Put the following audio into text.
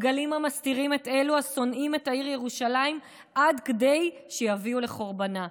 דגלים המסתירים את אלו השונאים את העיר ירושלים עד כדי שיביאו לחורבנה,